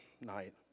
night